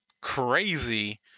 crazy